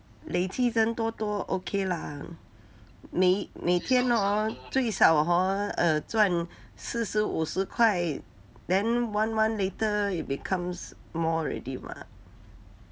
累计真多多 okay lah 每每天 orh 最少 hor err 赚四十五十块 then one month later it becomes more already [what]